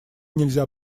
нельзя